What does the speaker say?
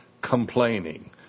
complaining